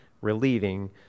relieving